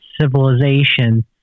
civilization